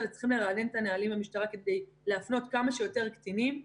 וצריכים לרענן את הנהלים במשטרה כדי להפנות כמה שיותר קטינים למרכזים.